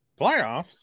playoffs